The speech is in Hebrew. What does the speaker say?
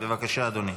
בבקשה, אדוני.